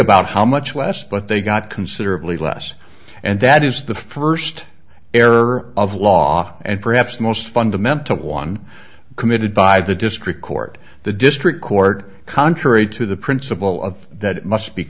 about how much less but they got considerably less and that is the first error of law and perhaps the most fundamental one committed by the district court the district court contrary to the principle of that must be